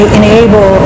enable